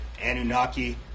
Anunnaki